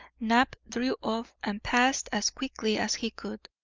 knapp drew off and passed as quickly as he could,